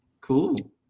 Cool